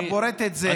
אוסאמה,